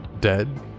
dead